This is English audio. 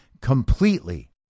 completely